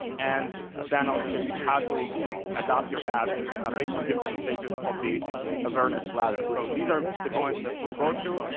and then i'll show you how to adopt your ads ah based on different stages of the awareness ladder. so these are the points that we'll go through,